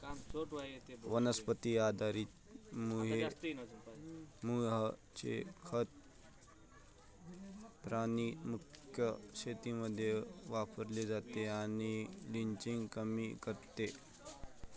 वनस्पती आधारित मूळचे खत प्राणी मुक्त शेतीमध्ये वापरले जाते आणि लिचिंग कमी करते